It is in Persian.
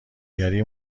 گری